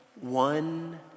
one